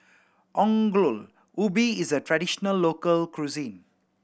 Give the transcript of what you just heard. Ongol Ubi is a traditional local cuisine